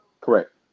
correct